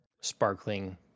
sparkling